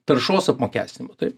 taršos apmokestinimo taip